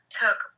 took